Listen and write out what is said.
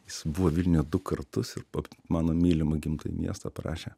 jis buvo vilniuje du kartus ir mano mylimą gimtąjį miestą parašė